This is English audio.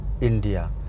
India